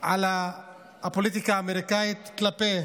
על הפוליטיקה האמריקנית כלפי